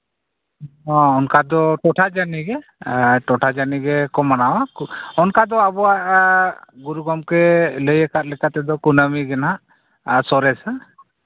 ᱦᱚᱸ ᱚᱱᱠᱟ ᱫᱚ ᱴᱚᱴᱷᱟ ᱡᱟᱹᱱᱤᱜᱮ ᱟᱨ ᱴᱚᱴᱷᱟ ᱡᱟᱹᱱᱤ ᱜᱮᱠᱚ ᱢᱟᱱᱟᱣᱟ ᱚᱱᱠᱟ ᱫᱚ ᱟᱵᱚᱣᱟᱜ ᱜᱩᱨᱩ ᱜᱚᱢᱠᱮ ᱞᱟᱹᱭ ᱟᱠᱟᱫ ᱞᱮᱠᱟ ᱛᱮᱫᱚ ᱠᱩᱱᱟᱹᱢᱤᱜᱮ ᱦᱟᱸᱜ ᱟᱨ ᱥᱚᱨᱮᱥᱟ